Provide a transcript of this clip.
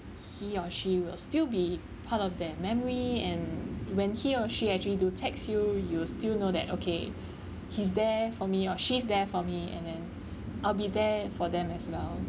he or she will still be part of the memory and when he or she actually do text you you'll still know that okay he's there for me or she's there for me and then I'll be there for them as well